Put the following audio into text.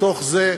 בתוך זה,